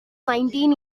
nineteen